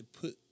put